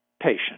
patient